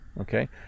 okay